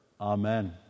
Amen